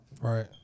Right